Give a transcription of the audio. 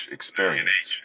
Experience